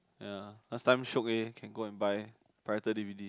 ya last time shiok eh can go and buy pirated d_v_d